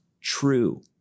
true